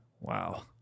Wow